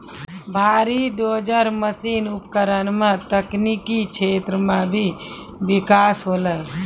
भारी dozer machine उपकरण सें तकनीकी क्षेत्र म भी बिकास होलय